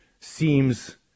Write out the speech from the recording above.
seems